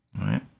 right